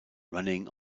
running